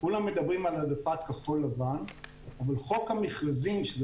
כולם מדברים על העדפת כחול לבן אבל חוק המכרזים שזה